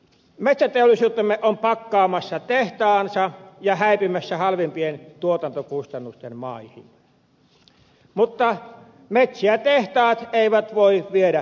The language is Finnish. metsäteollisuutemme on pakkaamassa tehtaansa ja häipymässä halvempien tuotantokustannusten maihin mutta metsiä tehtaat eivät voi viedä mukanaan